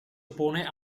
oppone